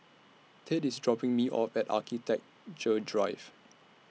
Tate IS dropping Me off At Architecture Drive